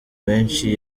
benshi